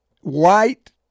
White